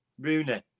Rooney